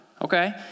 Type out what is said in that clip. Okay